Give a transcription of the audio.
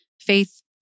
Faith